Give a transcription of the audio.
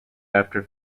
after